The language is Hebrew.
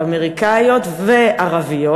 אמריקניות וערביות,